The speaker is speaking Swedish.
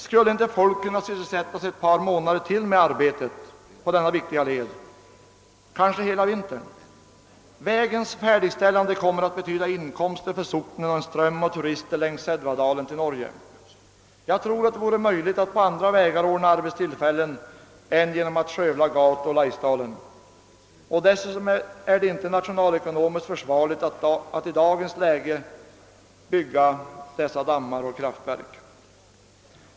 Skulle inte folk kunna sysselsättas ett par månader till, kanske hela vintern, med arbetet på denna viktiga led? Vägens färdigställande kommer att betyda inkomster för socknen och en ström av turister längs Sädvadalen till Norge. Jag tror att det vore möjligt att på andra vägar ordna arbetstillfällen än genom att skövla Gauto och Laisdalen. Dessutom är det inte nationalekonomiskt försvarligt att i dagens läge bygga dessa regleringsdammar och kraftverk.